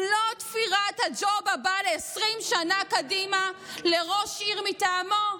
הוא לא תפירת הג'וב הבא ל-20 שנה קדימה לראש עיר מטעמו.